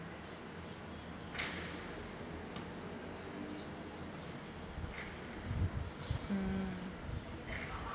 mm